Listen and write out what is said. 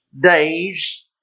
days